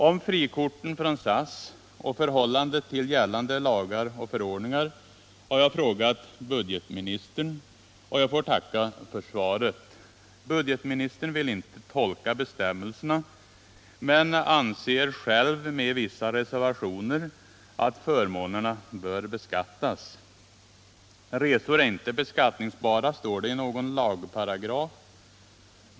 Om frikorten från SAS och förhållandet till gällande lagar och förordningar har jag frågat budgetministern, och jag får tacka för svaret. Budgetministern vill inte tolka bestämmelserna men anser själv med vissa reservationer att förmånerna bör beskattas. Resor är inte beskattningsbara, står det i någon lagparagraf.